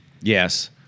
Yes